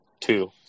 two